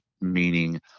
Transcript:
meaning